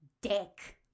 Dick